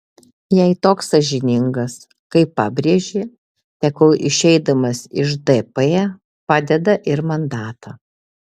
jei toks sąžiningas kaip pabrėžė tegul išeidamas iš dp padeda ir mandatą